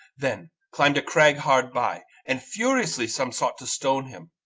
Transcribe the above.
then climbed a crag hard by and furiously some sought to stone him,